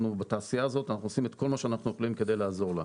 אנחנו בתעשייה הזאת אנחנו עושים את כל מה שאנחנו יכולים כדי לעזור לה.